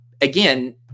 again